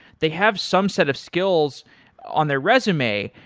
they have some set of skills on their resume,